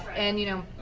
and you know,